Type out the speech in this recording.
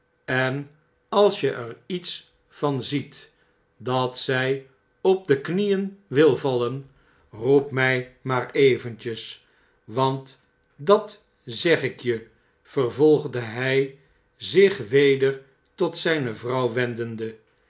en als je er iets van ziet dat zjj op de knieen wil vallen roep mjj maar eventjes want dat zeg ik je vervolgde hij zich weder tot zpe vrouw wendende